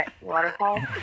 waterfall